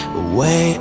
away